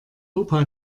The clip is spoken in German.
opa